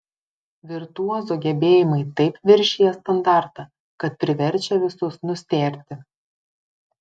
virtuozo gebėjimai taip viršija standartą kad priverčia visus nustėrti